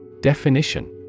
Definition